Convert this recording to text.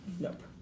nope